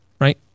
right